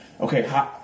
okay